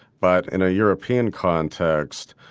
but in a european context,